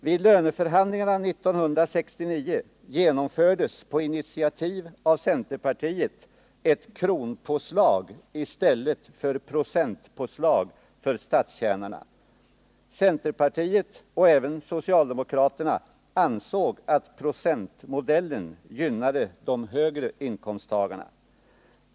Vid löneförhandlingarna 1969 genomfördes på initiativ av centerpartiet ett kronpåslag i stället för procentpåslag för statstjänarna. Centerpartiet, och även socialdemokraterna, ansåg att procentmodellen gynnade de högre inkomsttagarna.